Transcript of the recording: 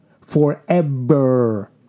forever